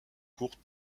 courtes